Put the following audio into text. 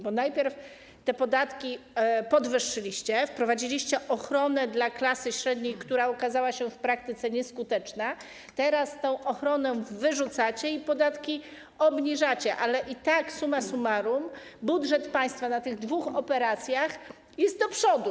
Bo najpierw te podatki podwyższyliście, wprowadziliście ochronę dla klasy średniej, która okazała się w praktyce nieskuteczna, teraz tę ochronę likwidujecie i obniżacie podatki, ale i tak summa summarum budżet państwa na tych dwóch operacjach jest do przodu.